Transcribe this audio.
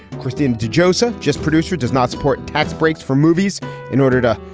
christine de jozen, just producer, does not support tax breaks for movies in order to,